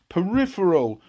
peripheral